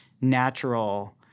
natural